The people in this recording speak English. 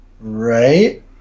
Right